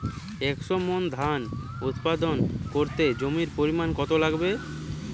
একশো মন ধান উৎপাদন করতে জমির পরিমাণ কত লাগবে?